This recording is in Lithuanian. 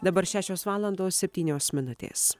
dabar šešios valandos septynios minutės